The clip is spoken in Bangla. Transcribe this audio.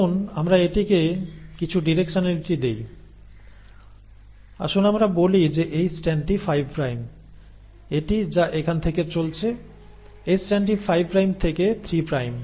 আসুন আমরা এটিকে কিছু ডিরেকশনালিটি দেই আসুন আমরা বলি যে এই স্ট্র্যান্ডটি 5 প্রাইম এটি যা এখান থেকে চলছে এই স্ট্র্যান্ডটি 5 প্রাইম থেকে 3 প্রাইম